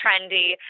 trendy